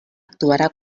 actuarà